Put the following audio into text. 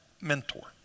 mentor